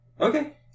Okay